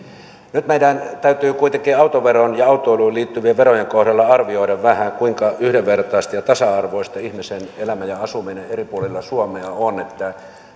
nyt meidän täytyy kuitenkin autoveron ja autoiluun liittyvien verojen kohdalla arvioida vähän kuinka yhdenvertaista ja tasa arvoista ihmisten elämä ja asuminen eri puolilla suomea on